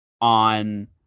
on